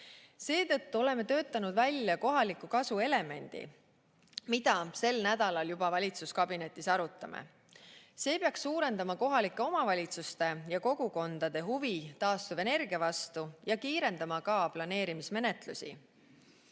Seetõttu oleme töötanud välja kohaliku kasu elemendi, mida juba sel nädalal valitsuskabinetis arutame. See peaks suurendama kohalike omavalitsuste ja kogukondade huvi taastuvenergia vastu ja kiirendama ka planeerimismenetlusi. Kolmandaks,